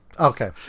Okay